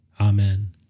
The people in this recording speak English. Amen